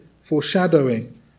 foreshadowing